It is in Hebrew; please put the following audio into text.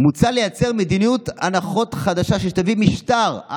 מוצע לייצר מדיניות הנחות חדשה שתביא משטר,